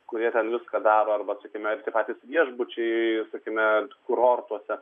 kurie ten viską daro arba sakykime ir tie patys viešbučiai sakykime kurortuose